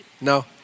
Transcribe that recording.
No